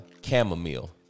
chamomile